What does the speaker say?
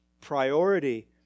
priority